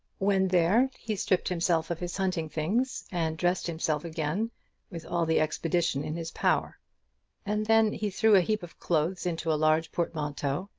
when there he stripped himself of his hunting things, and dressed himself again with all the expedition in his power and then he threw a heap of clothes into a large portmanteau,